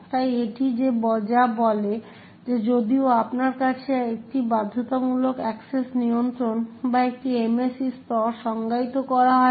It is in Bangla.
তাই এটি যা বলে যে যদিও আপনার কাছে একটি বাধ্যতামূলক অ্যাক্সেস নিয়ন্ত্রণ বা একটি MAC স্তর সংজ্ঞায়িত করা আছে